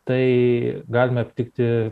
tai galime aptikti